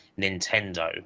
Nintendo